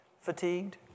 fatigued